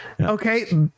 okay